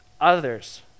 Others